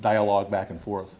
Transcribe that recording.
dialogue back and forth